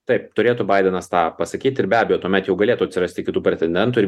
taip turėtų baidenas tą pasakyti ir be abejo tuomet jau galėtų atsirasti kitų pretendentų ir